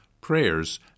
prayers